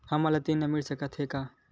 हमन ला ऋण मिल सकत हे का?